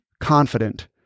confident